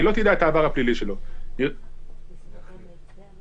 העבר הפלילי שלו גם אם זה עורך דין או גזבר.